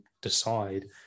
decide